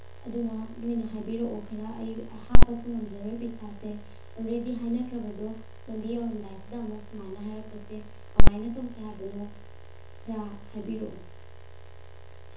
ꯑꯗꯨꯅ ꯅꯣꯏꯅ ꯍꯥꯏꯕꯤꯔꯛꯑꯣ ꯈꯔ ꯑꯩ ꯍꯥꯞꯄꯁꯨ ꯉꯝꯖꯔꯣꯏ ꯄꯩꯁꯥꯁꯦ ꯑꯣꯜꯔꯦꯗꯤ ꯍꯥꯏꯅꯈ꯭ꯔꯕꯗꯣ ꯂꯝꯕꯤ ꯌꯧꯔꯝꯗꯥꯏꯁꯤꯗ ꯑꯃꯨꯛ ꯁꯨꯃꯥꯏꯅ ꯍꯥꯏꯔꯛꯄꯁꯦ ꯀꯃꯥꯏꯅ ꯇꯧꯁꯦ ꯍꯥꯏꯕꯅꯣ ꯈꯔ ꯍꯥꯏꯕꯤꯔꯛꯑꯣ